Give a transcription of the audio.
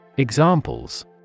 Examples